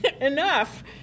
enough